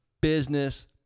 business